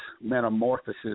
metamorphosis